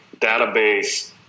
database